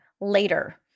later